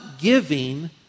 giving